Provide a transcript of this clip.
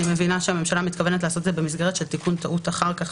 אני מבינה שהממשלה מתכוונת לעשות את זה במסגרת של תיקון טעות אחר כך.